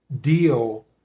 deal